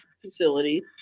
facilities